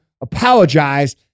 apologize